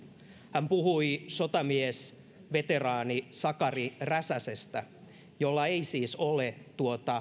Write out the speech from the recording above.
hän puhui sotamiesveteraani sakari räsäsestä jolla ei siis ole